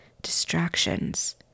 distractions